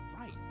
right